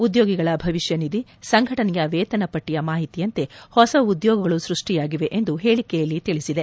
ಉದ್ಯೋಗಿಗಳ ಭವಿಷ್ಯನಿಧಿ ಸಂಘಟನೆಯ ವೇತನ ಪಟ್ಟಿಯ ಮಾಹಿತಿಯಂತೆ ಹೊಸ ಉದ್ಯೋಗಗಳು ಸೃಷ್ಟಿಯಾಗಿವೆ ಎಂದು ಹೇಳಿಕೆಯಲ್ಲಿ ತಿಳಿಸಿದೆ